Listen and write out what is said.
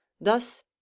thus